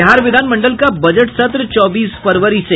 बिहार विधान मंडल का बजट सत्र चौबीस फरवरी से